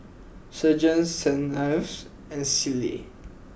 Sergent Saint Ives and Sealy